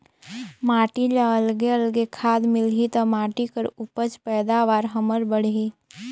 माटी ल अलगे अलगे खाद मिलही त माटी कर उपज पैदावार हमर बड़ही